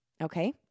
okay